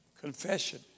Confession